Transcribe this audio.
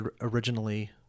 originally